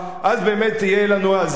אז באמת יהיה לנו "זאב,